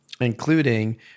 including